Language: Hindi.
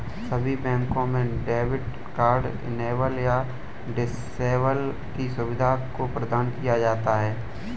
सभी बैंकों में डेबिट कार्ड इनेबल या डिसेबल की सुविधा को प्रदान किया जाता है